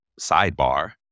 sidebar